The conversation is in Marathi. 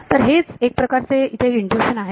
तर हेच एक प्रकारचे इथे इनट्युशन आहे